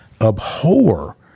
abhor